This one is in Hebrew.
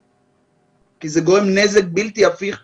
כי זה גורם נזק בלתי-הפיך לילדים,